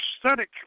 aesthetic